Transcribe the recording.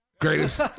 Greatest